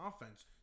offense